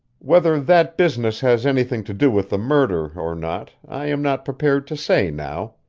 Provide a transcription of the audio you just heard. whether that business has anything to do with the murder, or not, i am not prepared to say now.